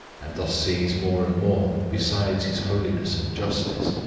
and thus sees more and more, besides his holiness and justice,